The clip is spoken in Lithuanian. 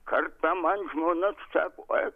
kartą man žmona sako oi